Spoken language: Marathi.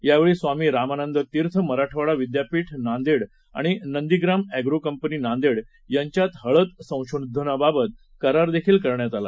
यावेळी स्वामी रामानंद तीर्थ मराठवाडा विद्यापीठ नांदेड आणि नंदीग्राम अग्निकंपनी नांदेड यांच्यात हळद संशोधनाबाबत करारही करण्यात आला